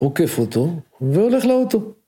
אוקיי, פוטו. בוא נכלא אותו